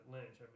Lynch